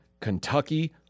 Kentucky